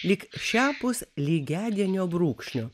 lyg šiapus lygiadienio brūkšnio